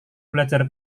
belajar